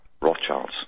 Rothschilds